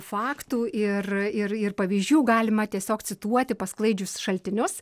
faktų ir ir ir pavyzdžių galima tiesiog cituoti pasklaidžius šaltinius